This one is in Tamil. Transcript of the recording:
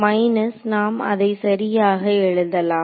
மைனஸ் நாம் அதை சரியாக எழுதலாம்